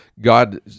God